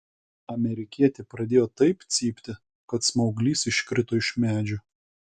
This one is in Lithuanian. amerikietė pradėjo taip cypti kad smauglys iškrito iš medžio